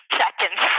seconds